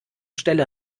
stelle